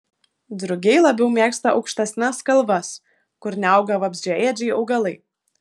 drugiai labiau mėgsta aukštesnes kalvas kur neauga vabzdžiaėdžiai augalai